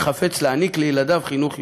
וחפץ להעניק לילדיו חינוך יהודי.